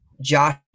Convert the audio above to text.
Josh